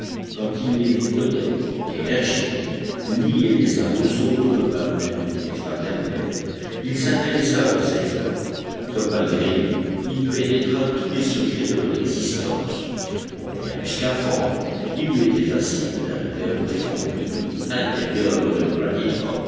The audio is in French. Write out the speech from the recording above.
quand il les vit honnêtes énergiques liés les uns aux autres par une amitié fraternelle il s'intéressa à leurs efforts comme malgré lui il pénétra tous les secrets de leur existence au moyen du scaphandre il lui était facile d'arriver au fond du puits intérieur de